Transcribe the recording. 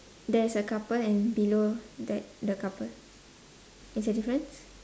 there's a couple and below that the couple it's a difference